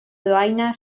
dohaina